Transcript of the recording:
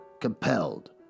compelled